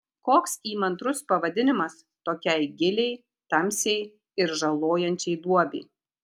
koks įmantrus pavadinimas tokiai giliai tamsiai ir žalojančiai duobei